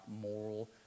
moral